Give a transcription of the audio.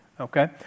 Okay